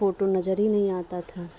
photo نظر ہی نہیں آتا تھا